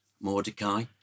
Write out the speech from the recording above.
Mordecai